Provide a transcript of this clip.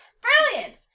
Brilliant